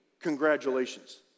congratulations